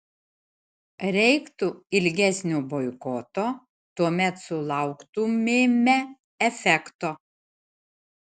reiktų ilgesnio boikoto tuomet sulauktumėme efekto